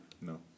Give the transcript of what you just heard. No